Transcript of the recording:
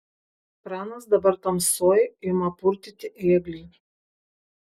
pranas dabar tamsoj ima purtyti ėglį